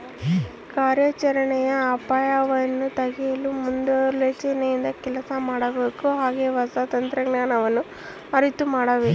ಕಾರ್ಯಾಚರಣೆಯ ಅಪಾಯಗವನ್ನು ತಡೆಯಲು ಮುಂದಾಲೋಚನೆಯಿಂದ ಕೆಲಸ ಮಾಡಬೇಕು ಹಾಗೆ ಹೊಸ ತಂತ್ರಜ್ಞಾನವನ್ನು ಅರಿತು ಮಾಡಬೇಕು